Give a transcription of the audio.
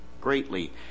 greatly